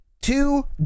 two